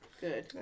Good